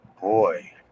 Boy